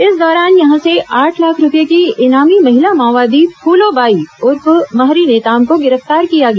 इस दौरान यहां से आठ लाख रूपये की इनामी महिला माओवादी फूलोबाई उर्फ महरी नेताम को गिरफ्तार किया गया